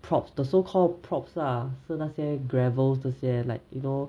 props the so called props lah 是那些 gravels 这些 like you know